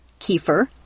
kefir